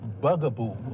bugaboo